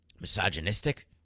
misogynistic